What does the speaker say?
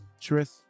Tris